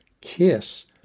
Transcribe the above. Kiss